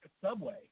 subway